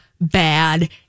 bad